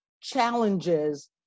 challenges